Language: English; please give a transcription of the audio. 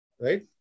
Right